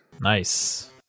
nice